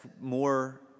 more